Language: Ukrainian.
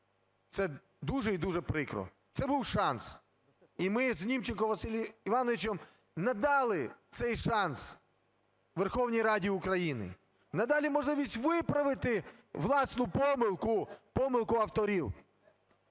Це дуже і дуже прикро. Це був шанс. І ми з Німченком Василем Івановичем надали цей шанс Верховній Раді України, надали можливість виправити власну помилку, помилку авторів.